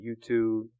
YouTube